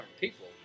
people